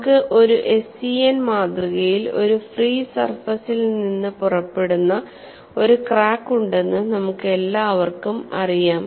നമുക്ക് ഒരു SEN മാതൃകയിൽ ഒരു ഫ്രീ സർഫസ് ിൽ നിന്ന് പുറപ്പെടുന്ന ഒരു ക്രാക്ക് ഉണ്ടെന്ന് നമുക്കെല്ലാവർക്കും അറിയാം